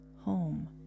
home